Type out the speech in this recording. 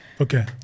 Okay